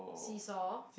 see saw